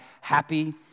happy